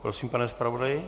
Prosím, pane zpravodaji.